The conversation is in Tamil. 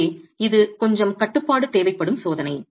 எனவே இது கொஞ்சம் கட்டுப்பாடு தேவைப்படும் சோதனை